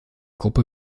gruppe